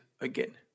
again